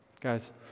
guys